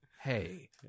Hey